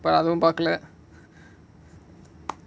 but அதுவும் பார்க்கல:adhuvum paarkkala